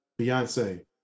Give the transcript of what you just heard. Beyonce